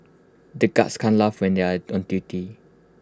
the guards can't laugh when they are on duty